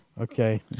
Okay